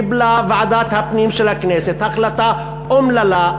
קיבלה ועדת הפנים של הכנסת החלטה אומללה,